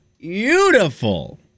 beautiful